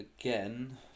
Again